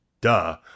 duh